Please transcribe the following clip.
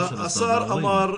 השר אמר,